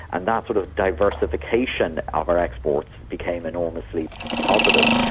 and that sort of diversification ah of our exports became enormously positive.